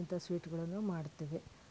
ಇಂಥ ಸ್ವೀಟ್ಗಳನ್ನು ಮಾಡ್ತೀವಿ